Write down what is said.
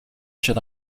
should